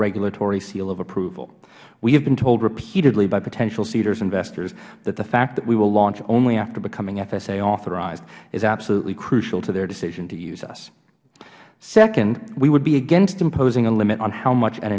regulatory seal of approval we have been told repeatedly about potential seedrs investors that the fact that we will launch only after becoming fsa authorized is absolutely crucial to their decision to use us second we would be against imposing a limit on how much an